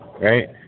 right